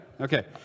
Okay